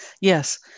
Yes